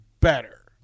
better